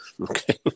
okay